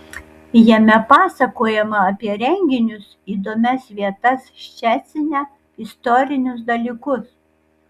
jame pasakojama apie renginius įdomias vietas ščecine istorinius dalykus